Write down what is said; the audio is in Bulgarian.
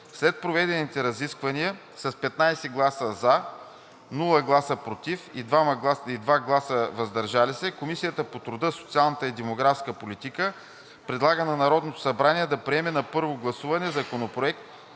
След проведените разисквания с 15 гласа „за“, без „против“ и 2 „въздържал се“ Комисията по труда, социалната и демографската политика предлага на Народното събрание да приеме на първо гласуване Законопроекта